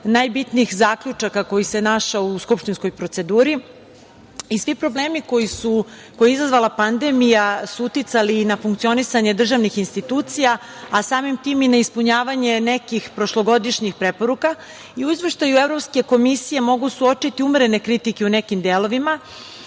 najbitnijih zaključaka koji se našao u skupštinskoj proceduri. Svi problemi koje je izazvala pandemija su uticali na funkcionisanje državnih institucija, a samim tim i na ispunjavanje nekih prošlogodišnjih preporuka. U izveštaju Evropske komisije mogu se uočiti umerene kritike u nekim delovima,